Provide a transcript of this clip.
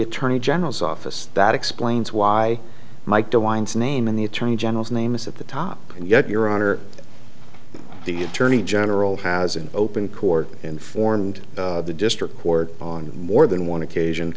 attorney general's office that explains why mike de wine's name and the attorney general's name is at the top and yet your honor the attorney general has in open court informed the district court on more than one occasion